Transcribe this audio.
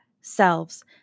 selves